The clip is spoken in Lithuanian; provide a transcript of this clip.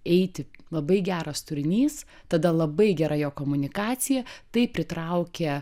eiti labai geras turinys tada labai gera jo komunikacija tai pritraukia